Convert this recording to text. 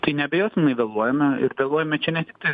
tai neabejotinai vėluojame ir vėluojame čia ne tiktai